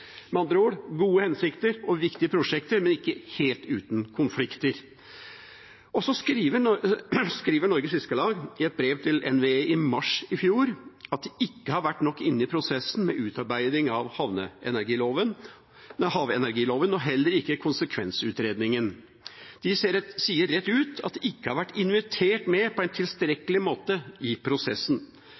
Med andre ord: gode hensikter og viktige prosjekter, men ikke helt uten konflikter. Norges Fiskarlag skrev i et brev til NVE i mars i fjor at de ikke har vært nok inne i prosessen med utarbeiding av havenergiloven og heller ikke i konsekvensutredningen. De sier rett ut at de ikke har vært invitert med på en tilstrekkelig måte i prosessen.